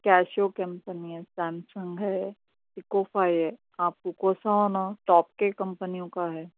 Keshu company ہے Samsung ہے کون سا یہ آپ کو کون سا ہونا ٹاپ کی کمپنیوں کا ہے